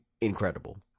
incredible